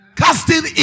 casting